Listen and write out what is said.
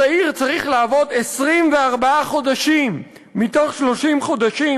הצעיר צריך לעבוד 24 חודשים מתוך 30 החודשים